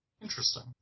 Interesting